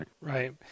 Right